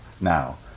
now